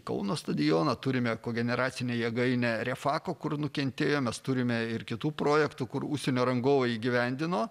kauno stadioną turime kogeneracinę jėgainę refako kur nukentėjo mes turime ir kitų projektų kur užsienio rangovai įgyvendino